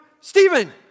Stephen